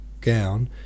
gown